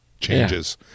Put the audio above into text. changes